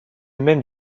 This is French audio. même